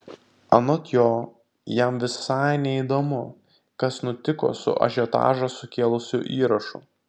anot jo jam visai neįdomu kas nutiko su ažiotažą sukėlusiu įrašu